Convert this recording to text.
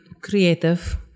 creative